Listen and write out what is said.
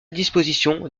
disposition